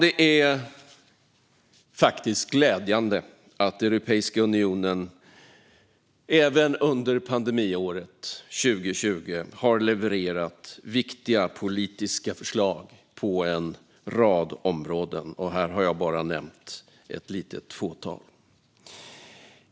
Det är faktiskt glädjande att Europeiska unionen, även under pandemiåret 2020, har levererat viktiga politiska förslag på en rad områden, och här har jag bara nämnt ett litet fåtal.